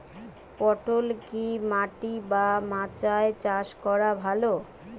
পটল কি মাটি বা মাচায় চাষ করা ভালো?